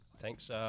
Thanks